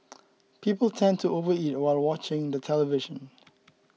people tend to overeat while watching the television